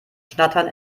schnattern